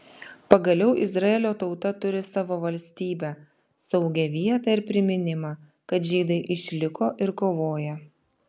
pagaliau izraelio tauta turi savo valstybę saugią vietą ir priminimą kad žydai išliko ir kovoja